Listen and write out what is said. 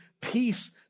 peace